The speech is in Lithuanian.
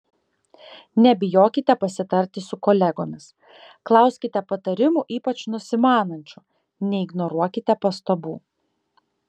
nebijokite pasitarti su kolegomis klauskite patarimų ypač nusimanančių neignoruokite pastabų